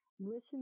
listen